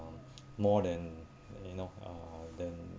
more than you know uh than